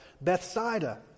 Bethsaida